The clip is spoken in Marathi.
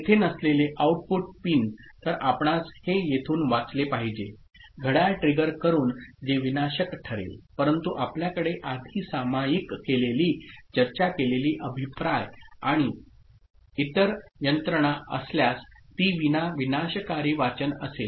तेथे नसलेले आउटपुट पिन तर आपणास हे येथून वाचले पाहिजे घड्याळ ट्रिगर करुन जे विनाशक ठरेल परंतु आपल्याकडे आधी सामायिक केलेली चर्चा केलेली अभिप्राय आणि इतर यंत्रणा असल्यास ती विना विनाशकारी वाचन असेल